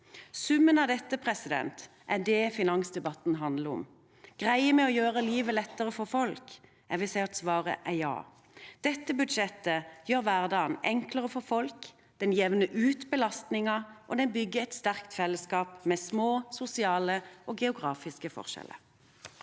Summen av dette er det finansdebatten handler om. Greier vi å gjøre livet lettere for folk? Jeg vil si at svaret er ja. Dette budsjettet gjør hverdagen enklere for folk, jevner ut belastningen og bygger et sterkt fellesskap med små sosiale og geografiske forskjeller.